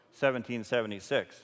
1776